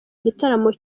gitaramo